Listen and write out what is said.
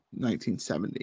1970